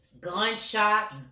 gunshots